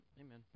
amen